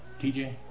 TJ